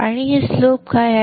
आणि हे स्लोप काय आहेत